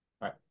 right